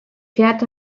fährt